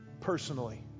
personally